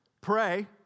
pray